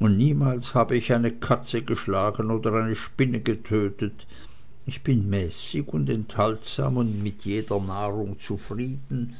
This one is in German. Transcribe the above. und niemals habe ich eine katze geschlagen oder eine spinne getötet ich bin mäßig und enthaltsam und mit jeder nahrung zufrieden